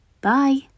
Bye